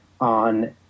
on